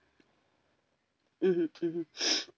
mmhmm mmhmm